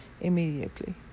immediately